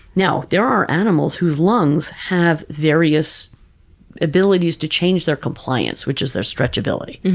now, there are animals whose lungs have various abilities to change their compliance, which is their stretchability.